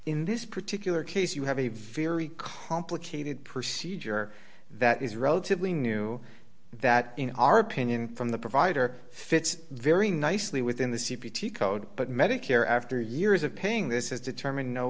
in this particular case you have a very complicated procedure that is relatively new that in our opinion from the provider fits very nicely within the c p t code but medicare after years of paying this is determine no